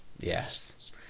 Yes